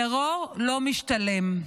טרור לא משתלם.